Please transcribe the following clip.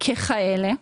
ככאלה,